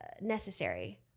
necessary